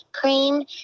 cream